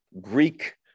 Greek